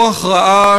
רוח רעה,